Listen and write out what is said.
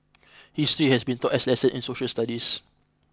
history has been taught as lessons in social studies